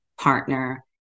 partner